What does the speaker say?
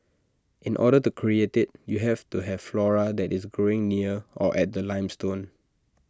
in order to create IT you have to have flora that is growing near or at the limestone